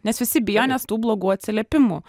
nes visi bijo nes tų blogų atsiliepimų